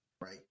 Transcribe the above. right